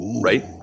Right